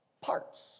parts